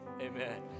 amen